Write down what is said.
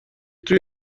توی